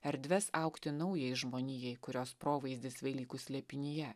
erdves augti naujai žmonijai kurios provaizdis velykų slėpinyje